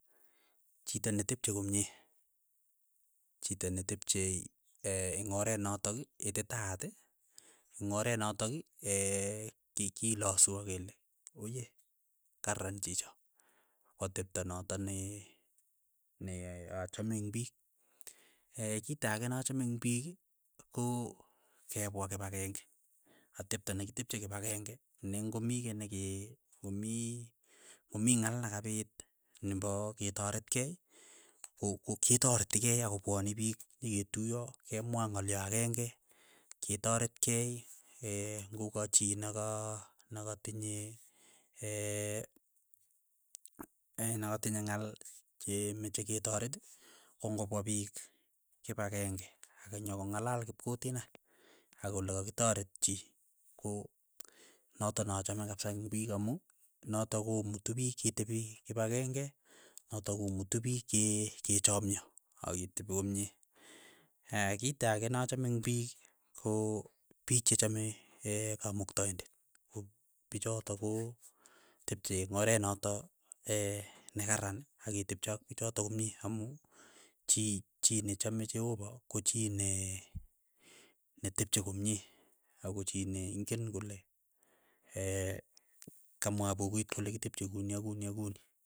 Chito netepche komie, chito netepchie eng' oreet notok ititaat, eng' oret notok kikilosi akele oye, karan chicho, ko atepto notok ne ke achame eng' piik, kito ake nachame eng' piik, ko kepwa kipakeng'e, atepto nekitepche kipakenge ne ng'omii kei neke komii komii ng'al na kapiit, nepo ketaret kei, ko- ko ketareti kei akopwani piik nyeketuiyo, kemwaa ngolyo akeng'e ketaret kei, ng'okachii nakaa nakatinye nakatinye ng'al che meche ketaret, ko ngopwa piik kipakeng'e akinyokong'alal kipkutine, akole kakitaret chi, ko notok na achame kapsa eng' piik amu notok ko mutu piich ke tepi kipakeng'e, notok ko mutu piik ke- ke chamyo, aketepi komye, kito ake nachame eng' piik ko, piik che chame kamuktaindet, ko pichotok ko tepche eng' oret notok nekaran akitepche ak pichotok komie amu chi chii nechame cheopa ko chii ne netepche komye, ako chi ne ingen kole kamwa bukuit kole kitepche kuni ak kuni ak kuni.